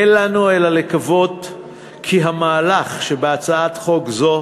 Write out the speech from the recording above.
אין לנו אלא לקוות כי המהלך שבהצעת חוק זו,